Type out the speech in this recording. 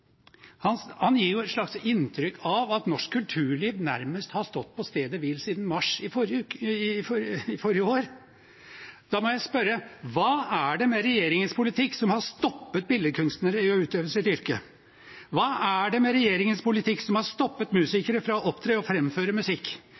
Han gir et slags inntrykk av at norsk kulturliv nærmest har stått på stedet hvil siden mars forrige år. Da må jeg spørre: Hva er det med regjeringens politikk som har stoppet billedkunstnere fra å utøve sitt yrke? Hva er det med regjeringens politikk som har stoppet